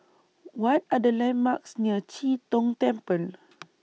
What Are The landmarks near Chee Tong Temple